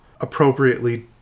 appropriately